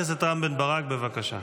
חבר הכנסת רם בן ברק, בבקשה.